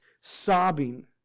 sobbing